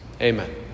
Amen